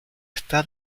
está